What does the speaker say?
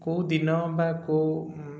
କେଉଁ ଦିନ ବା କେଉଁ